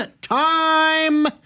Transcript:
time